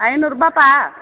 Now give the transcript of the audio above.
ஐநூறுரூபாப்பா